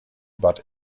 but